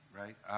right